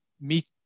meet